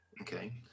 okay